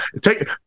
Take